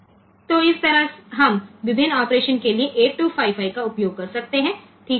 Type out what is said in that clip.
તો આ રીતે આપણે વિવિધ કામગીરી માટે 8255 નો ઉપયોગ કરી શકીએ છીએ